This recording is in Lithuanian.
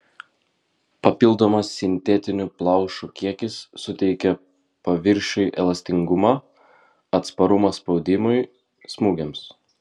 papildomas sintetinių plaušų kiekis suteikia paviršiui elastingumą atsparumą spaudimui smūgiams